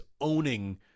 owning